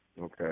Okay